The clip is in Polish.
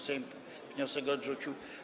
Sejm wniosek odrzucił.